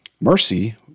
Mercy